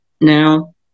now